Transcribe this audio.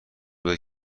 بده